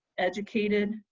educated,